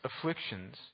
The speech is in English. afflictions